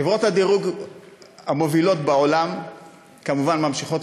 חברות הדירוג המובילות בעולם כמובן ממשיכות